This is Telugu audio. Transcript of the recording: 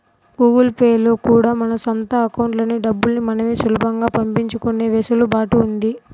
గూగుల్ పే లో కూడా మన సొంత అకౌంట్లకి డబ్బుల్ని మనమే సులభంగా పంపించుకునే వెసులుబాటు ఉంది